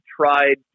tried